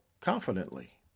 confidently